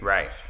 Right